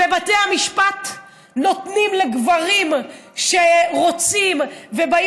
ובתי המשפט נותנים לגברים שרוצים ובאים